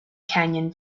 canyon